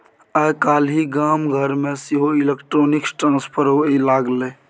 आय काल्हि गाम घरमे सेहो इलेक्ट्रॉनिक ट्रांसफर होए लागलै